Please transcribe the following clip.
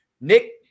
Nick